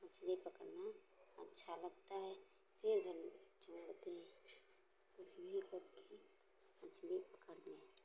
मछली पकड़ना अच्छा लगता है ये हम मछली अपनी मछली पकड़ने की मछली पकड़ते हैं